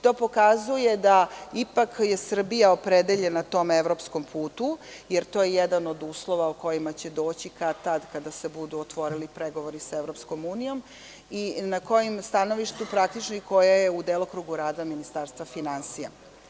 To pokazuje da je ipak Srbija opredeljena tom evropskom putu, jer to je jedan od uslova koji će doći kad-tad kada se budu otvorili pregovori sa EU, i to je stanovište koje je praktično u delokrugu rada Ministarstva finansija.